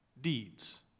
deeds